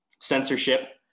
censorship